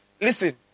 listen